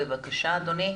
בבקשה אדוני.